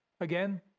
again